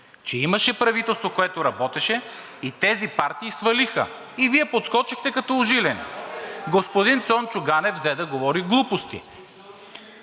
Имаше правителство, което работеше, и тези партии свалиха и Вие подскочихте като ужилен. (Реплики.) Господин Цончо Ганев взе да говори глупости.